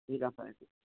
ঠিক আছে সেইটো